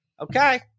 Okay